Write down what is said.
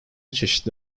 çeşitli